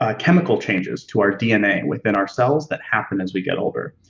ah chemical changes to our dna within our cells that happen as we get older.